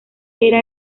era